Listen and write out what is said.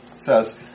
says